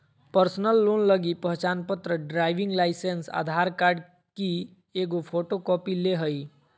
personal loan लगी पहचानपत्र, driving license, Aadhaar card की एगो फोटोकॉपी ले हइ